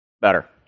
Better